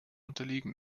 unterliegen